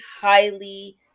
highly